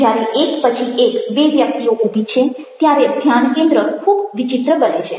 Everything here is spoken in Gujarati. જ્યારે એક પછી એક બે વ્યક્તિઓ ઉભી છે ત્યારે ધ્યાનકેન્દ્ર ખૂબ વિચિત્ર બને છે